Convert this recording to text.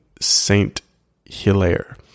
Saint-Hilaire